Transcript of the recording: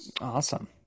Awesome